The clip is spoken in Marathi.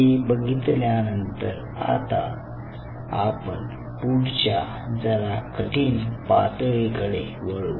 हे बघितल्यानंतर आता आपण पुढच्या जरा कठीण पातळीकडे वळू